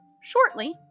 shortly